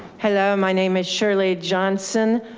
hello, my name is shirley johnson.